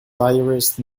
diarist